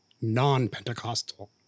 non-Pentecostal